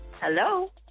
Hello